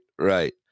right